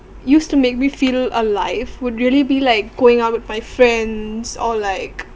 used to make me feel alive would really be like going out with my friends or like